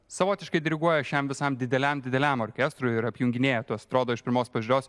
savotiškai diriguoja šiam visam dideliam dideliam orkestrui ir apjunginėja tuos atrodo iš pirmos pažiūros